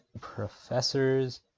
professors